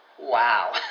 Wow